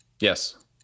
Yes